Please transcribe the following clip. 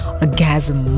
Orgasm